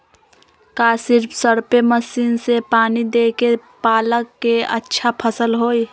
का सिर्फ spray machine से पानी देके पालक के अच्छा फसल होई?